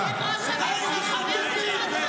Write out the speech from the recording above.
מה עם החטופים?